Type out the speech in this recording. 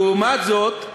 לעומת זאת,